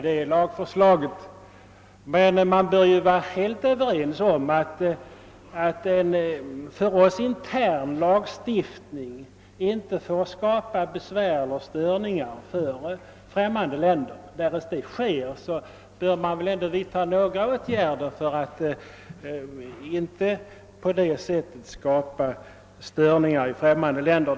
Man bör emellertid vara helt överens om att en för oss intern lagstiftning inte får skapa besvär eller störningar för främmande länder. Därest detta blir fallet, bör man väl ändå vidta några åtgärder för att försöka hindra det.